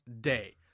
day